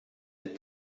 mit